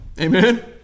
Amen